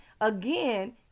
again